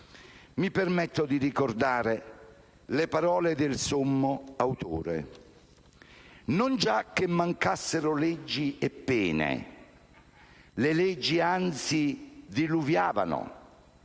Mi permetto di ricordare le parole del sommo autore: «Non già che mancassero leggi e pene (...). Le leggi anzi diluviavano;